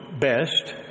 best